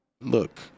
look